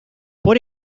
por